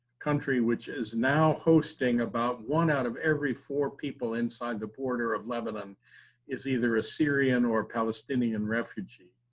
country which is now hosting about one out of every four people inside the border of lebanon is either a syrian or palestinian refugee.